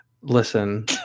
Listen